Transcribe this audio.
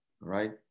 right